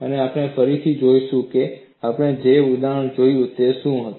અને આપણે ફરીથી જોઈશું કે આપણે જે ઉદાહરણ જોયું તે શું હતું